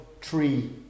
tree